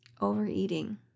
overeating